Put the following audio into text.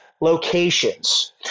locations